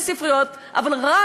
הם סוגרים את הספריות,